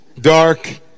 dark